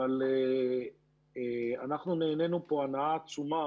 אבל אנחנו נהנינו פה הנאה עצומה